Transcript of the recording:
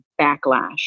backlash